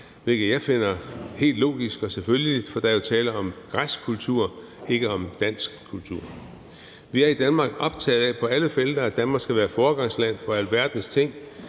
hvilket jeg finder helt logisk og selvfølgeligt, for der er jo tale om græsk kultur, ikke om dansk kultur. Vi er i Danmark optaget af på alle felter, at Danmark skal være et foregangsland for alverdens ting,